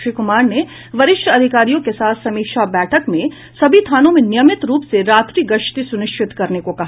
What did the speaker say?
श्री कुमार ने वरिष्ठ अधिकारियों के साथ समीक्षा बैठक में कहा कि सभी थानों में नियमित रूप से रात्रि गश्ती सुनिश्चित करने को कहा